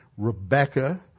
Rebecca